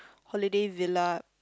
holiday villa